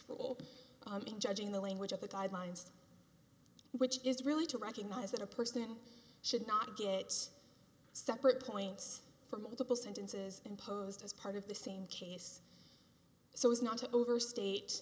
for judging the language of the guidelines which is really to recognize that a person should not get separate points for multiple sentences imposed as part of the same case so as not to overstate